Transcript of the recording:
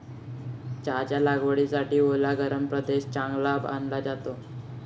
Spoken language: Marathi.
चहाच्या लागवडीसाठी ओला गरम प्रदेश चांगला मानला जातो